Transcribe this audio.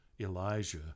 Elijah